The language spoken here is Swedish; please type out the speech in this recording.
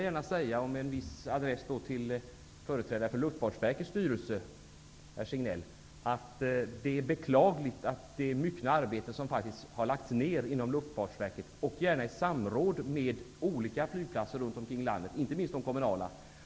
Med en viss adress till företrädaren för Luftfartsverkets styrelse, herr Signell, vill jag gärna säga att det är beklagligt att det har blivit så litet av det myckna arbete som faktiskt har lagts ned inom Luftfartsverket, i samråd med olika flygplatser runt om i landet, inte minst de kommunala.